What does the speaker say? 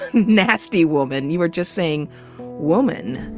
nasty woman. you were just saying woman.